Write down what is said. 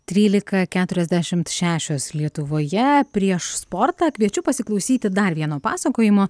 trylika keturiasdešimt šešios lietuvoje prieš sportą kviečiu pasiklausyti dar vieno pasakojimo